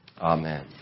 Amen